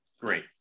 great